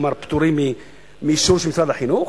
כלומר פטורים מאישור של משרד החינוך,